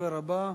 הדובר הבא.